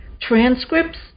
transcripts